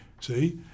see